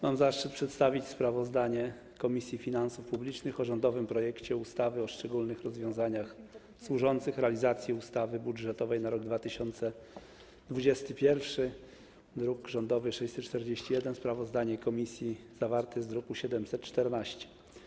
Mam zaszczyt przedstawić sprawozdanie Komisji Finansów Publicznych o rządowym projekcie ustawy o szczególnych rozwiązaniach służących realizacji ustawy budżetowej na rok 2021, druk rządowy nr 641, sprawozdanie komisji zawarte w druku nr 714.